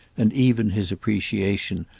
and even his appreciation,